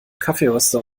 kaffeeröster